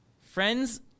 Friends